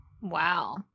Wow